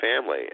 family